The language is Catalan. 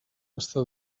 està